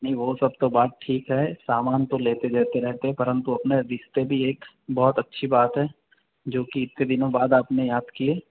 नहीं वो सब तो बात ठीक है समान तो लेते देते रहते है परंतु अपने रिश्तें भी एक बहुत अच्छी बात है जो की इतने दिनों बाद आपने याद किए